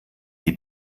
die